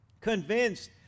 convinced